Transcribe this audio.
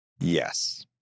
Yes